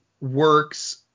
works